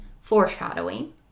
foreshadowing